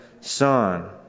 Son